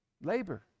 labor